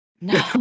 No